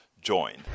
join